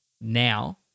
now